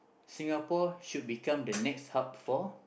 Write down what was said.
Singapore should become the next hub for